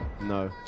No